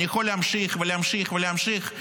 אני יכול להמשיך ולהמשיך ולהמשיך.